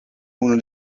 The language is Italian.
uno